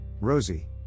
Rosie